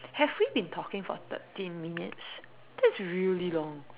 have we been talking for thirteen minutes that's really long